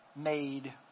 made